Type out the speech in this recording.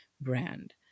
brand